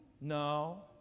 No